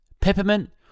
Peppermint